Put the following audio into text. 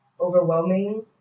overwhelming